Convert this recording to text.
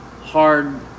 hard